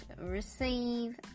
receive